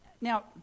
Now